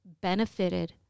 benefited